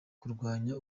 kurwanya